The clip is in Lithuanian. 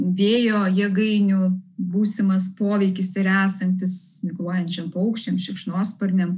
vėjo jėgainių būsimas poveikis ir esantis migruojančiam paukščiam šikšnosparniam